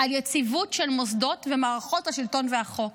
על יציבות של מוסדות ומערכות השלטון והחוק.